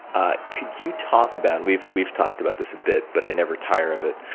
ah could you talk about we've we've talked about this a bit, but i never tire of it.